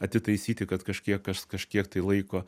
atitaisyti kad kažkiek kas kažkiek tai laiko